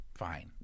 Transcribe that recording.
fine